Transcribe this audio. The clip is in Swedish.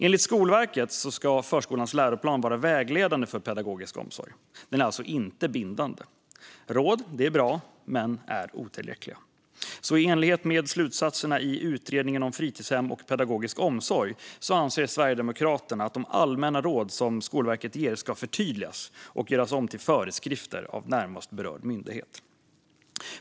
Enligt Skolverket ska förskolans läroplan vara vägledande för pedagogisk omsorg. Den är alltså inte bindande. Råd är bra, men de är otillräckliga. I enlighet med slutsatserna som har dragits i betänkandet av Utredningen om fritidshem och pedagogisk omsorg anser Sverigedemokraterna att de allmänna råd som Skolverket ger ska förtydligas och göras om till föreskrifter av närmast berörd myndighet.